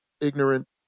ignorant